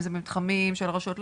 אם זה במתחמים של הרשויות,